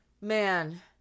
man